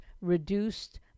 reduced